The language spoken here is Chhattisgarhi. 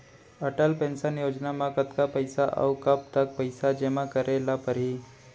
अटल पेंशन योजना म कतका पइसा, अऊ कब तक पइसा जेमा करे ल परही?